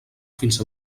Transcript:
fins